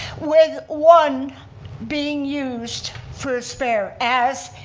with one being used for a spare as,